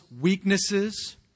weaknesses